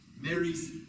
Mary's